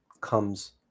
comes